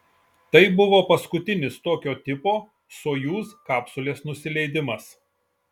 tai buvo paskutinis tokio tipo sojuz kapsulės nusileidimas